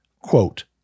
quote